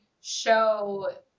show